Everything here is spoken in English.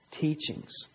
teachings